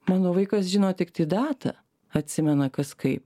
mano vaikas žino tiktai datą atsimena kas kaip